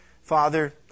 Father